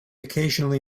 occasionally